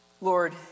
Lord